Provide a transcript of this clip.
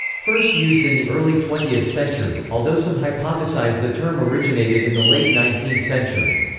first used in the early twentieth century, although some hypothesize the term originated in the late nineteenth century.